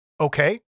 okay